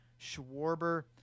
Schwarber